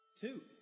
Two